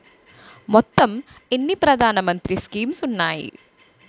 మొత్తం ఎన్ని ప్రధాన మంత్రి స్కీమ్స్ ఉన్నాయి?